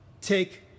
take